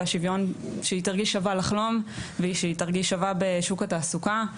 כאשר היא תרגיש שווה לחלום ושווה בשוק התעסוקה.